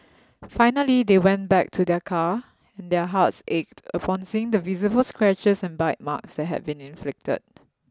finally they went back to their car and their hearts ached upon seeing the visible scratches and bite marks that had been inflicted